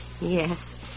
Yes